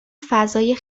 فضای